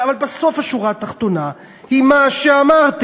אבל בסוף השורה התחתונה היא מה שאמרתי.